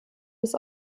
des